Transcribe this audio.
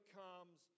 comes